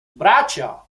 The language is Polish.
bracia